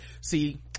see